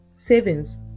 Savings